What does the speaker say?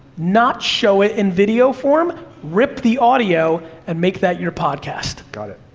not show it in video form, rip the audio, and make that your podcast. got it.